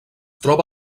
troba